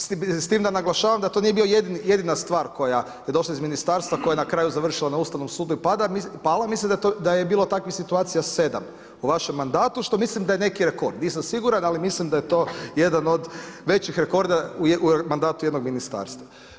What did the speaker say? S tim da naglašavam da to nije bila jedina stvar koja je došla iz ministarstva koja je na kraju završila na Ustavnom sudu i pala, mislim da je bilo takvih situacija sedam u vašem mandatu, što mislim da je neki rekord, nisam siguran, ali mislim da je to jedan od većih rekorda u mandatu jednog ministarstva.